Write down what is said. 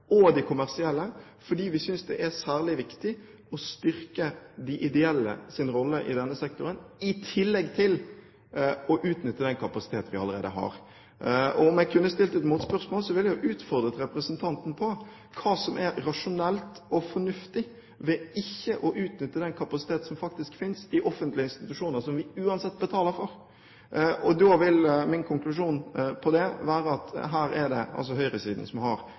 og de kommersielle, fordi vi synes det er særlig viktig å styrke de ideelles rolle i denne sektoren, i tillegg til å utnytte den kapasiteten vi allerede har. Om jeg kunne stilt et motspørsmål, ville jeg ha utfordret representanten på hva som er rasjonelt og fornuftig ved ikke å utnytte den kapasiteten som faktisk finnes i offentlige institusjoner, som vi uansett betaler for. Da vil min konklusjon på det være at her er det altså høyresiden som har